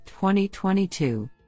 2022